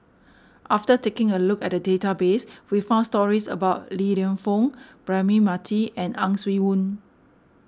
after taking a look at the database we found stories about Li Lienfung Braema Mathi and Ang Swee Aun